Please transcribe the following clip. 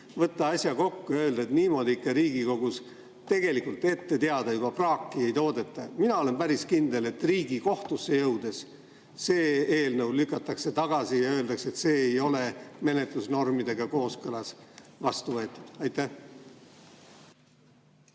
võtta asi kokku ja öelda, et niimoodi Riigikogus juba tegelikult ette teada praaki ei toodeta? Mina olen päris kindel, et Riigikohtusse jõudes see eelnõu lükatakse tagasi ja öeldakse, et see ei ole menetlusnormidega kooskõlas vastu võetud. Aitäh!